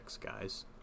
guys